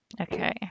Okay